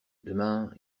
demain